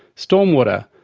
stormwater,